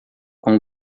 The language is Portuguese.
com